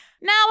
Now